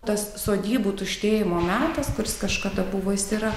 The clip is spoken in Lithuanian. tas sodybų tuštėjimo metas kuris kažkada buvo jis yra